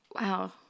Wow